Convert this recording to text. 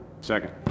second